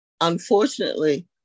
unfortunately